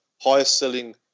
highest-selling